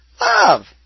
Love